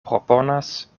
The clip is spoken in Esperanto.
proponas